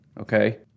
okay